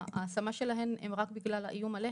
שההשמה שלהן במסגרת נעולה היא רק בגלל האיום עליהן.